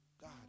God